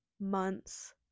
months